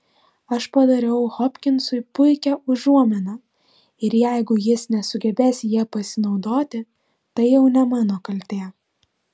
aš padariau hopkinsui puikią užuominą ir jeigu jis nesugebės ja pasinaudoti tai jau ne mano kaltė